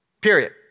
Period